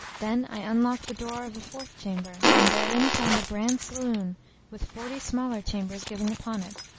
then i undocked the door of the fourth chamber and therein found a grand saloon with forty smaller chambers giving upon it.